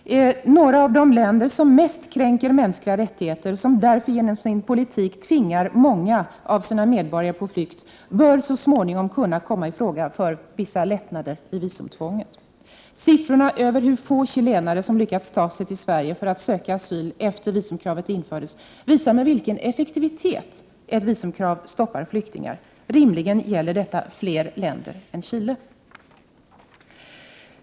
Några av de länder som mest kränker mänskliga rättigheter, och som därför genom sin politik tvingar många av sina medborgare på flykt, bör så småningom kunna komma i fråga för vissa lättnader i visumtvånget. Siffrorna över hur få chilenare som lyckats ta sig till Sverige för att söka asyl efter det att visumkravet infördes visar med vilken effektivitet ett visumkrav stoppar flyktingar. Rimligen gäller detta fler länder än Chile.